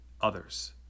others